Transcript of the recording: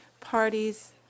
parties